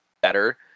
better